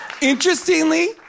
Interestingly